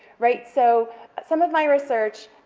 right, so some of my research,